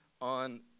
on